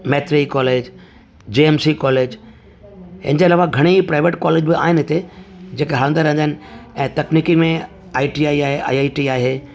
मेत्री college JMC college हिन जे अलावा घणे ई प्राइवेट कॉलेज बि आहिनि हिते जेके हलदा रहंदा आहिनि ऐं तकनीकी में आटीआई आए आईआईटी आहे